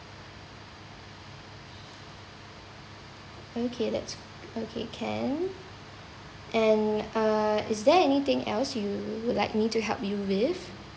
okay that's okay can and uh is there anything else you would like me to help you with